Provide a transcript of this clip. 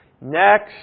next